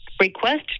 Request